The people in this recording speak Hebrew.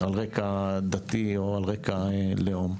על רקע דתי או על רקע לאום.